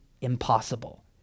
impossible